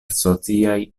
sociaj